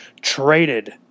traded